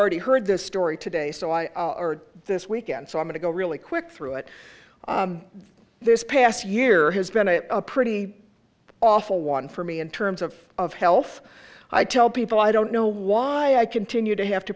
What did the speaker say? already heard this story today so why are this weekend so i'm going to go really quick through it this past year has been a pretty awful one for me in terms of of health i tell people i don't know why i continue to have to